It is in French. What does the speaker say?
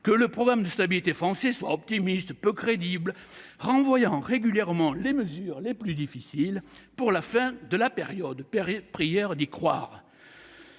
que le programme de stabilité français soit optimiste, peu crédible, renvoyant régulièrement les mesures les plus difficiles pour la fin de la période- prière d'y croire